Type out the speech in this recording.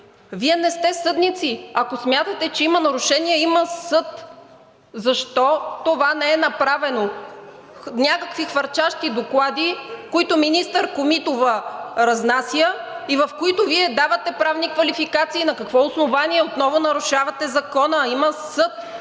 Вие не сте съдници. Ако смятате, че има нарушения, има съд, защо това не е направено? Някакви хвърчащи доклади, които министър Комитова разнася и в които Вие давате правни квалификации. На какво основание?! Отново нарушавате закона. Има съд,